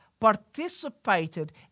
participated